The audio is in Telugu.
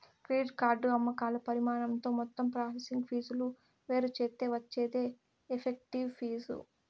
క్రెడిట్ కార్డు అమ్మకాల పరిమాణంతో మొత్తం ప్రాసెసింగ్ ఫీజులు వేరుచేత్తే వచ్చేదే ఎఫెక్టివ్ ఫీజు